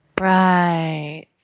Right